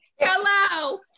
hello